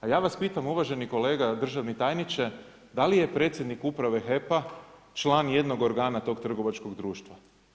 A ja vas pitam, uvaženi kolega državni tajniče da li je predsjednik uprave HEP-a član jednog organa tog trgovačkog društva?